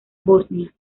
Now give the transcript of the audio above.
bosnia